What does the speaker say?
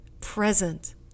present